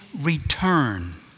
return